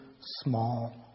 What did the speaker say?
small